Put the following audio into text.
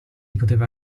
poteva